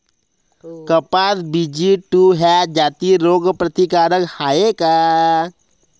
कपास BG two ह्या जाती रोग प्रतिकारक हाये का?